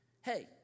Hey